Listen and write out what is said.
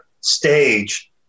stage